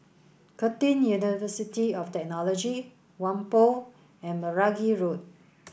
Curtin University of Technology Whampoa and Meragi Road